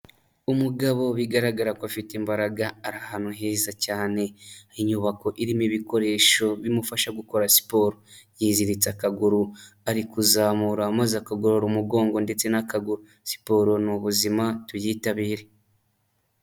Umugabo bigaragara ko afite imbaraga ari ahantu heza cyane. Inyubako irimo ibikoresho bimufasha gukora siporo, yizitse akaguru ari kuzamura maze akagorora umugongo ndetse n'akaguru siporo ni ubuzima tuyitabire.